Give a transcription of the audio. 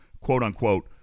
quote-unquote